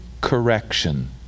correction